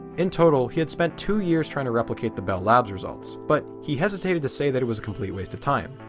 in total he had spent two years trying to replicate the bell lab's results, but he hesitated to say that it was a complete waste of time.